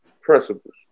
Principles